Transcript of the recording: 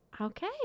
okay